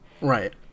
right